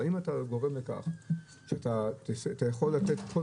אבל אם אתה גורם לכך שאתה יכול לתת כל